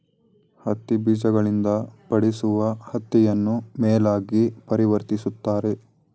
ಹತ್ತಿ ಬೀಜಗಳಿಂದ ಪಡಿಸುವ ಹತ್ತಿಯನ್ನು ಮೇಲಾಗಿ ಪರಿವರ್ತಿಸುತ್ತಾರೆ